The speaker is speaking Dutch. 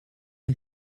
een